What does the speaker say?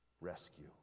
Rescue